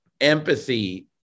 empathy